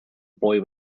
boy